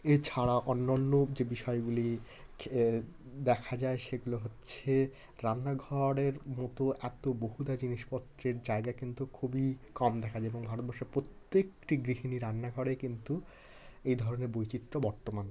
এছাড়া অন্যান্য যে বিষয়গুলি খে দেখা যায় সেগুলো হচ্ছে রান্নাঘরের মতো এত বহুধা জিনিসপত্রের জায়গা কিন্তু খুবই কম দেখা যায় এবং ভারতবর্ষের প্রত্যেকটি গৃহিনীর রান্নাঘরে কিন্তু এই ধরনের বৈচিত্র্য বর্তমান